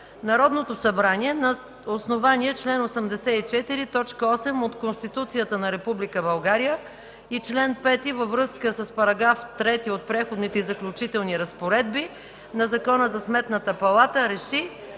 Народното събрание на основание чл. 84, т. 8 от Конституцията на Република България и чл. 5, във връзка с § 3 от Преходните и заключителни разпоредби на Закона за Сметната палата РЕШИ: